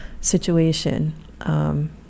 situation